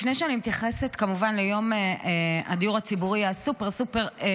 לפני שאני מתייחסת כמובן ליום הדיור הציבורי הסופר-סופר-חשוב,